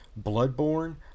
Bloodborne